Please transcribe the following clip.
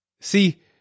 See